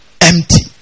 empty